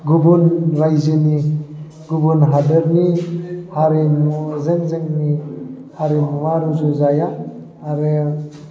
गुबुन रायजोनि गुबुन हादोरनि हारिमुजों जोंनि हारिमुवा रुजु जाया आरो